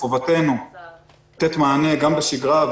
מחובתנו לתת למענה גם בשגרה,